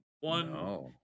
one